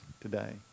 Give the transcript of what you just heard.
today